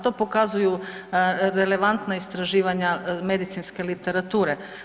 To pokazuju relevantna istraživanja medicinske literature.